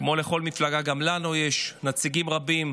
כמו לכל מפלגה גם לנו יש נציגים רבים